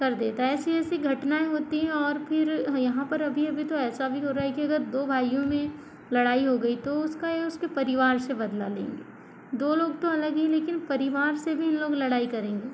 कर देता है ऐसी ऐसी घटनाएं होती हैं और फिर यहाँ पर अभी अभी तो ऐसा भी हो रहा है कि अगर दो भाइयों में लड़ाई हो गई तो उसका या उसके परिवार से बदला लेंगे दो लोग तो अलग ही लेकिन परिवार से भी इन लोग लड़ाई करेंगे